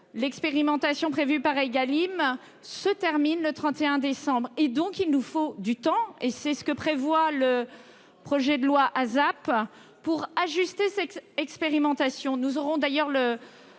L'expérimentation prévue dans la loi Égalim se termine le 31 décembre. Il nous faut donc du temps- c'est ce que prévoit le projet de loi ASAP -, pour ajuster cette expérimentation. Nous aurons d'ailleurs le